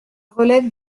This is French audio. relève